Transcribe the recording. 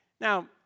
Now